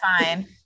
fine